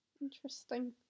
Interesting